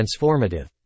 transformative